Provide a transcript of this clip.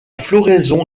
floraison